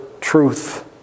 truth